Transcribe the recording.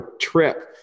trip